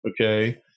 Okay